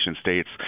states